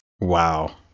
Wow